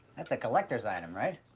that's a collector's item, right?